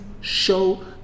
show